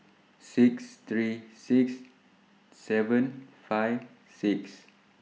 six three six seven five six